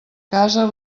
casa